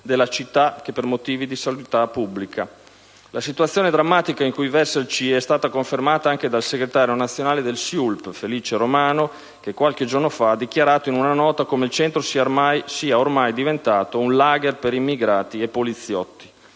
della città per motivi di sanità pubblica. La situazione drammatica in cui versa il CIE è stata confermata anche dal segretario nazionale del SIULP Felice Romano, che alcuni giorni fa ha dichiarato in una nota come il centro sia ormai «un *lager* per immigrati e poliziotti».